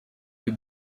you